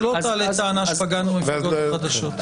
שלא תעלה טענה שפגענו במפלגות חדשות.